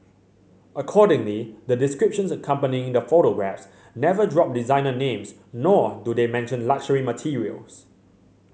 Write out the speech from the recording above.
accordingly the descriptions accompanying the photographs never drop designer names nor do they mention luxury materials